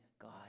God